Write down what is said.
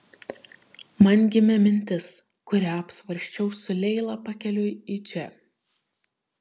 man gimė mintis kurią apsvarsčiau su leila pakeliui į čia